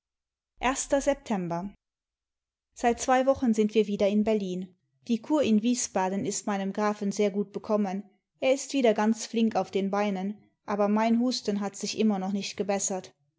seit zwei wochen sind wir wieder in berlin die kur in wiesbaden ist meinem grafen sehr gut bekommen er ist wieder ganz flink auf den beinen aber mein husten hat sich immer noch nicht gebessert